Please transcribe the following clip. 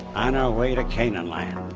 on our way to canaan land.